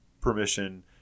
permission